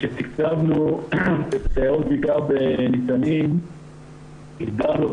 כשתקצבנו את הסייעות בעיקר בניצנים הגדרנו